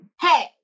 Hey